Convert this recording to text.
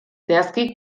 zehazki